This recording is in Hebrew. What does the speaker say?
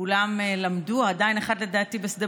כולם למדו בשדה